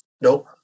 Nope